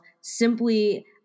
simply